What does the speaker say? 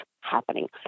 happening